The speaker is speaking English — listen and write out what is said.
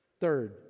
Third